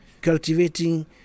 cultivating